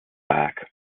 back